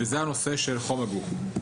והוא הנושא של חום הגוף.